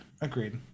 Agreed